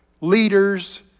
leaders